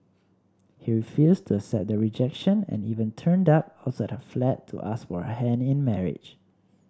he refused to accept the rejection and even turned up outside her flat to ask for her hand in marriage